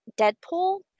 Deadpool